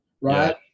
right